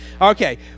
okay